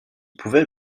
pouvait